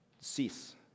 cease